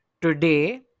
today